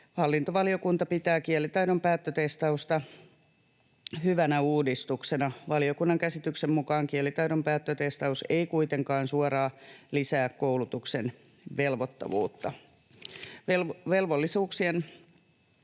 Hallintovaliokunta pitää kielitaidon päättötestausta hyvänä uudistuksena. Valiokunnan käsityksen mukaan kielitaidon päättötestaus ei kuitenkaan suoraan lisää koulutuksen velvoittavuutta.